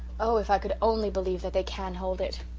oh, if i could only believe that they can hold it!